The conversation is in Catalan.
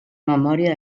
memòria